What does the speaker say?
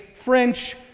French